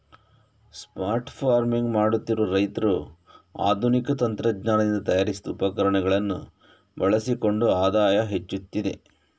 smart farming ಮಾಡುತ್ತಿರುವ ರೈತರು ಆಧುನಿಕ ತಂತ್ರಜ್ಞಾನದಿಂದ ತಯಾರಿಸಿದ ಉಪಕರಣಗಳನ್ನು ಬಳಸಿಕೊಂಡು ಆದಾಯ ಹೆಚ್ಚುತ್ತಿದೆ